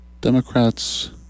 Democrats